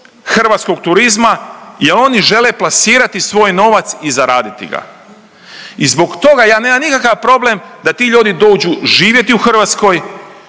hrvatskog turizma jel oni žele plasirati svoj novac i zaraditi ga i zbog toga ja nemam nikakav problem da ti ljudi dođu živjeti u Hrvatskoj